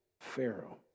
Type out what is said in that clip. Pharaoh